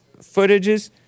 footages